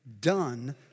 done